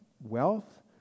wealth